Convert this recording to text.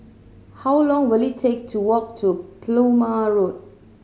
how long will it take to walk to Plumer Road